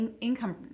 Income